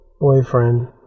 boyfriend